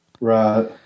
Right